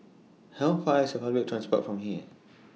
How Far away IS A Public Transport from here